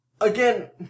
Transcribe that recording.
again